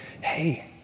hey